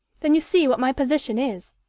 then you see what my position is.